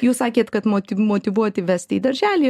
jūs sakėt kad moti motyvuoti vesti į darželį